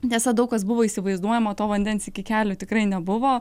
tiesa daug kas buvo įsivaizduojama to vandens iki kelių tikrai nebuvo